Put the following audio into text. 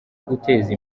guteza